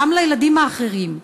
גם לילדים האחרים,